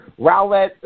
Rowlett